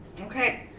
Okay